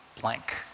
blank